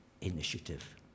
initiative